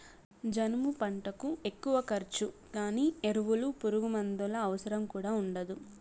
జనుము పంటకు ఎక్కువ ఖర్చు గానీ ఎరువులు పురుగుమందుల అవసరం కూడా ఉండదు